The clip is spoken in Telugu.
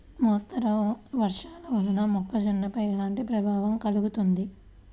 మోస్తరు వర్షాలు వల్ల మొక్కజొన్నపై ఎలాంటి ప్రభావం కలుగుతుంది?